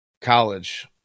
college